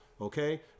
okay